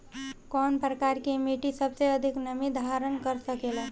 कौन प्रकार की मिट्टी सबसे अधिक नमी धारण कर सकेला?